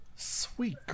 Sweet